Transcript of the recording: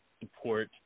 support